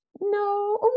no